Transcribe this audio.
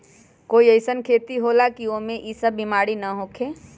कोई अईसन खेती होला की वो में ई सब बीमारी न होखे?